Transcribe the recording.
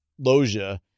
Loja